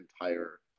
entire